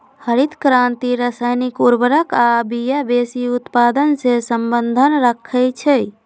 हरित क्रांति रसायनिक उर्वर आ बिया वेशी उत्पादन से सम्बन्ध रखै छै